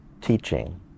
teaching